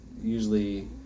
usually